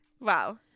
wow